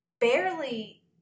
barely